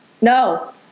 No